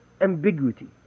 ambiguity